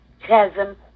chasm